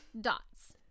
Dots